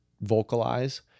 vocalize